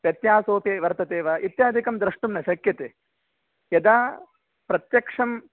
व्यत्यासोपि वर्तते वा इत्यादिकं द्रष्टुं न शक्यते यदा प्रत्यक्षं